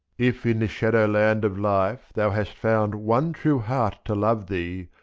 if in this shadowland of life thou hast found one true heart to love thee,